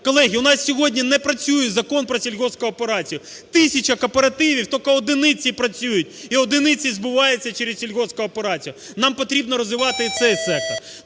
Колеги, в нас сьогодні не працює Закон про сільгоспкооперацію, тисяча кооперативів, тільки одиниці працюють і одиниці збувають через сільгоспкооперацію. Нам потрібно розвивати і цей сектор.